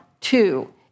two